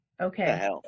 Okay